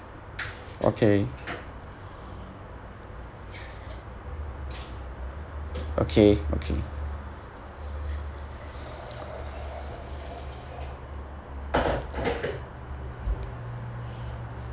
okay okay okay